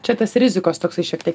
čia tas rizikos toksai šiek tiek